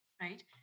right